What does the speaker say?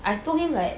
I told him like